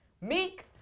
Meek